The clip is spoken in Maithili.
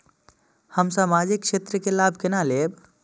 हम सामाजिक क्षेत्र के लाभ केना लैब?